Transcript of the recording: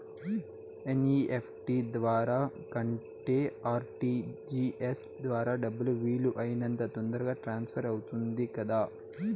NEFT ద్వారా కంటే RTGS ద్వారా డబ్బు వీలు అయినంత తొందరగా ట్రాన్స్ఫర్ అవుతుంది కదా